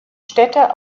städte